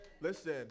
Listen